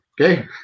okay